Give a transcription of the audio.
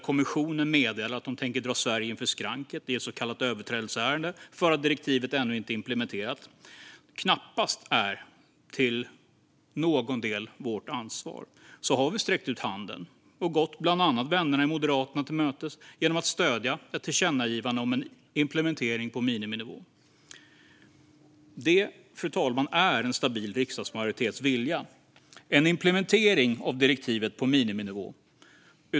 Kommissionen meddelar att de tänker dra Sverige inför skranket i ett så kallat överträdelseärende för att direktivet ännu inte är implementerat. Men trots att den situation Sverige nu har hamnat i knappast till någon del är vårt ansvar har vi sträckt ut handen och gått bland annat vännerna i Moderaterna till mötes genom att stödja förslaget om ett tillkännagivande om en implementering på miniminivå. En stabil riksdagsmajoritets vilja är en implementering av direktivet på miniminivå, fru talman.